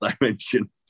dimension